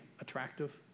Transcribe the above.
attractive